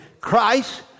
Christ